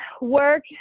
work